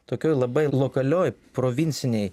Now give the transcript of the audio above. tokioj labai lokalioj provincinėj